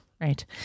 Right